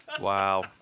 Wow